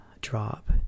Drop